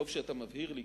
טוב שאתה מבהיר לי,